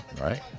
Right